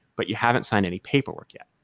but you haven't signed any paperwork yet.